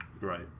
right